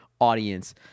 audience